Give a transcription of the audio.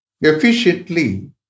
Efficiently